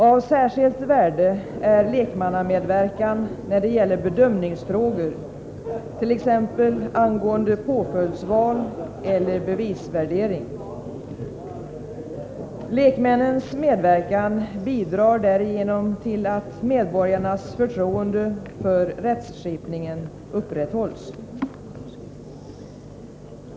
Av särskilt värde är lekmannamedverkan när det gäller bedömningsfrågor, t.ex. angående påföljdsval eller bevisvärdering. Lekmännens medverkan bidrar därigenom till att medborgarnas förtroende för rättsskipningen upprätthålls.